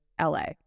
la